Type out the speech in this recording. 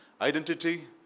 Identity